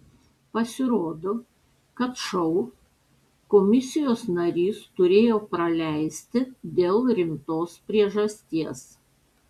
pasirodo kad šou komisijos narys turėjo praleisti dėl rimtos priežasties